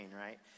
right